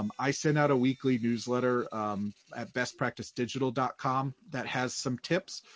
um i send out a weekly newsletter at bestpracticedigital dot com that has some tips.